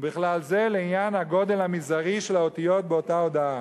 ובכלל זה לעניין הגודל המזערי של האותיות באותה הודעה.